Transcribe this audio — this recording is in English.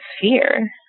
fear